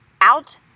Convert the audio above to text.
out